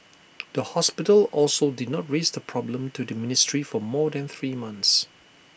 the hospital also did not raise the problem to the ministry for more than three months